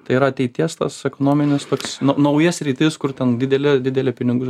tai yra ateities tas ekonominis toks nauja sritis kur ten dideli dideli pinigai